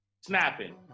snapping